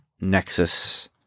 Nexus